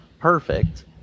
perfect